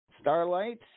Starlight